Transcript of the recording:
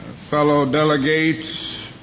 fellow delegates